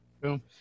Boom